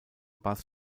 bass